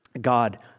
God